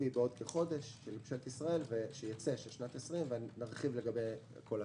הכספי של ממשלת ישראל בשנת 20 ונרחיב לגבי זה.